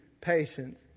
patience